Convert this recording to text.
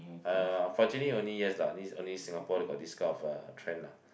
uh fortunately only yes lah this only Singapore got this kind of uh trend lah